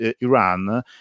Iran